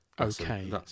Okay